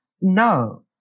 No